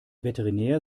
veterinär